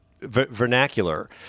Vernacular